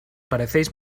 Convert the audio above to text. parecéis